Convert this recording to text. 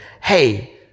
hey